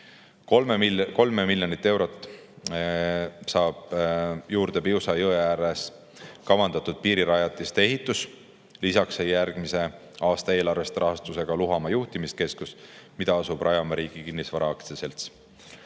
3 miljonit eurot saab juurde Piusa jõe äärde kavandatud piirirajatiste ehitus, lisaks sai järgmise aasta eelarvest rahastuse ka Luhamaa juhtimiskeskus, mida asub rajama Riigi Kinnisvara Aktsiaselts.